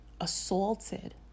assaulted